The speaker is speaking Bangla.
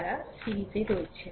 তারা সিরিজে রয়েছে